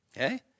okay